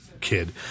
kid